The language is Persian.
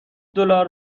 دلار